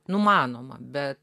numanoma be